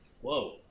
Whoa